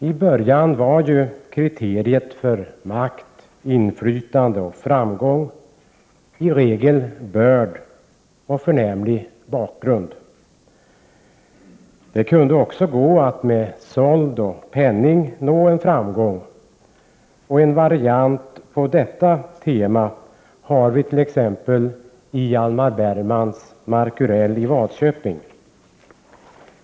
I början var kriteriet för makt, inflytande och framgång i regel främst börd och förnäm bakgrund. Men det kunde också gå att med sold och penning nå framgång. En variant på detta tema har vi t.ex. i Hjalmar Bergmans Markurell i Wadköping.